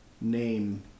name